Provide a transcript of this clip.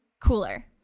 cooler